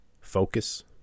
focus